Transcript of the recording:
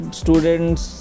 students